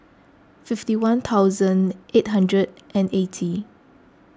fifty one thousand eight hundred and eighty